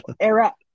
era